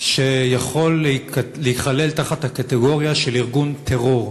שיכול להיכלל בקטגוריה של ארגון טרור.